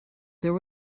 there